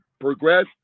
Progress